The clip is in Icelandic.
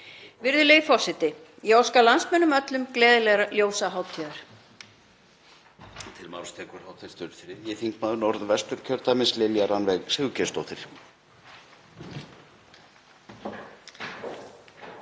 Virðulegi forseti. Ég óska landsmönnum öllum gleðilegra ljósahátíðar.